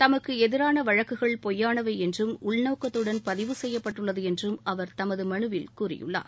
தமக்கு எதிரான வழக்குகள் பொய்யானவை என்றும் உள்நோக்கத்துடன் பதிவு செய்யப்பட்டுள்ளது என்றும் அவர் தமது மனுவில் கூறியுள்ளார்